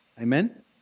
Amen